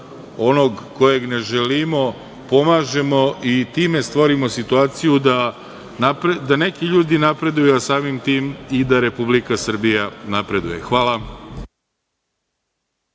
onog kojeg ne želimo, pomažemo i time stvorimo situaciju da neki ljudi napreduju, a samim tim i da Republika Srbija napreduje. Hvala.